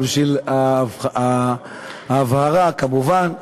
אבל בשביל ההבהרה כמובן,